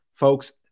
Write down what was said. Folks